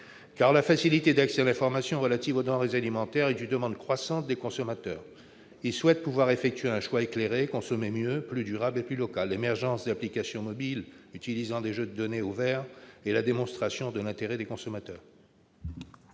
Car la facilité d'accès à l'information relative aux denrées alimentaires est une demande croissante des consommateurs, qui souhaitent pouvoir effectuer un choix éclairé et consommer mieux, plus durable et plus local. L'émergence d'applications mobiles utilisant des jeux de données ouverts est la démonstration de l'intérêt des consommateurs.